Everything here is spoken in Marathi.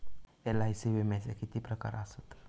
एल.आय.सी विम्याचे किती प्रकार आसत?